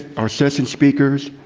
our session speakers,